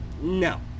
No